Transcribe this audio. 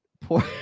poor